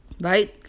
Right